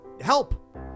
help